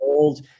old